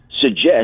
suggest